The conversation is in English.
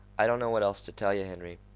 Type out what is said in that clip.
i don't know what else to tell yeh, henry,